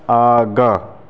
आगाँ